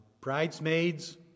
bridesmaids